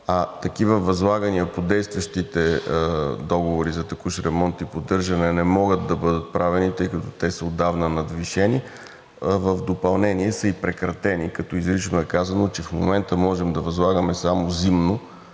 а такива възлагания по действащите договори за текущ ремонт и поддържане не могат да бъдат правени, тъй като те са отдавна надвишени. В допълнение те са прекратени, като изрично е казано, че в момента можем да възлагаме само зимно,